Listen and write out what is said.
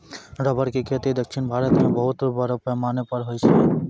rubber के खेती दक्षिण भारत मॅ बहुत बड़ो पैमाना पर होय छै